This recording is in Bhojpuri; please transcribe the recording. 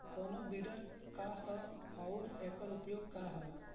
कोनो विडर का ह अउर एकर उपयोग का ह?